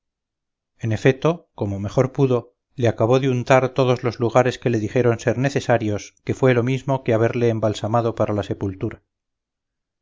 en efeto como mejor pudo le acabó de untar todos los lugares que le dijeron ser necesarios que fue lo mismo que haberle embalsamado para la sepultura